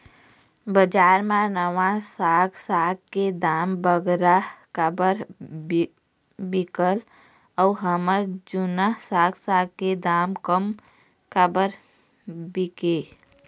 बजार मा नावा साग साग के दाम बगरा काबर बिकेल अऊ हमर जूना साग साग के दाम कम काबर बिकेल?